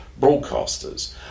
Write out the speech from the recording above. broadcasters